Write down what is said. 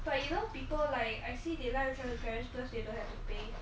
but you know people like I see they like to travel with parents cause they don't have to pay